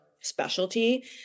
specialty